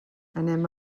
anem